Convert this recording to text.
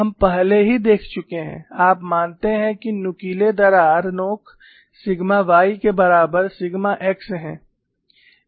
हम पहले ही देख चुके हैं जब आप मानते हैं कि नुकीले दरार नोक सिग्मा y के बराबर सिग्मा x है